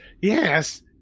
yes